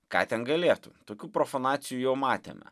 ką ten galėtų tokių profanacijų jau matėme